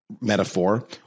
metaphor